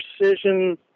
precision